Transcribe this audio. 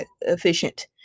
efficient